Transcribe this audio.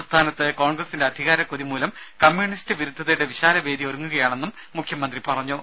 സംസ്ഥാനത്ത് കോൺഗ്രസിന്റെ അധികാരക്കൊതി മൂലം കമ്മ്യൂണിസ്റ്റ് വിരുദ്ധതയുടെ വിശാലവേദി ഒരുങ്ങുകയാണെന്നും മുഖ്യമന്ത്രി പറഞ്ഞു